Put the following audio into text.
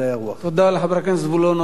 תודה לחבר הכנסת זבולון אורלב.